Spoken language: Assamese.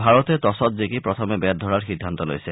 ভাৰতে টছত জিকি প্ৰথমে বেট ধৰাৰ সিদ্ধান্ত লৈছে